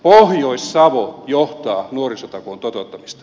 pohjois savo johtaa nuorisotakuun toteuttamista